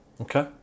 Okay